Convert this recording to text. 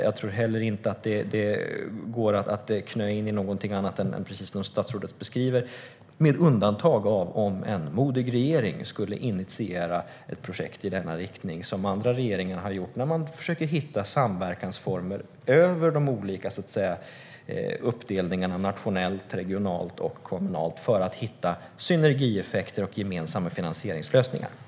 Jag tror inte heller att det går att "knö" in det i någonting annat, med undantag av om en modig regering skulle initiera ett projekt i denna riktning som andra regeringar har försökt för att hitta samverkansformer över de olika uppdelningarna nationellt, regionalt och kommunalt för hitta synergieffekter och gemensamma finansieringslösningar.